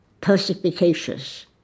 perspicacious